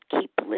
keep